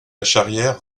charrière